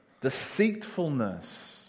Deceitfulness